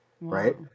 right